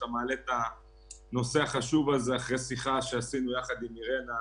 שאתה מעלה את הנושא החשוב הזה אחרי שיחה שעשינו יחד עם אירנה.